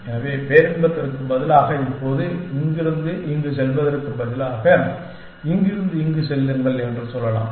எனவே பேரின்பத்திற்கு பதிலாக இப்போது இங்கிருந்து இங்கு செல்வதற்கு பதிலாக இங்கிருந்து இங்கு செல்லுங்கள் என்று சொல்லலாம்